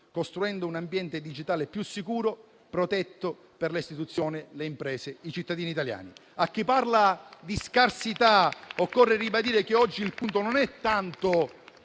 costruendo un ambiente digitale più sicuro, protetto per le istituzioni, le imprese, i cittadini italiani. A chi parla di scarsità, occorre ribadire che oggi il punto non è tanto